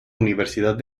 universidad